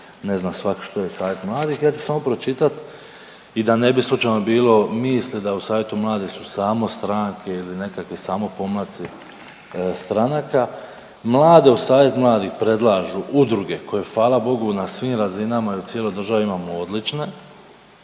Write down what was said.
ne zna svak što je savjet mladih, ja ću samo pročitati i da ne bi slučajno bilo misli da u savjetu mladih su samo stranke ili nekakvi samo pomladci stranaka, mlade u savjet mladih predlažu udruge koje, hvala Bogu, na svim razinama i u cijeloj državi imamo odlične,